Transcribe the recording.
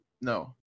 No